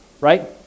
Right